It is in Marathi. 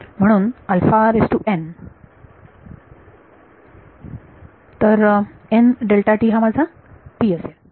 म्हणून तर हा माझा असेल